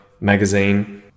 magazine